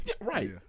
Right